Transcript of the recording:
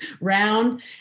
round